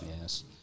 Yes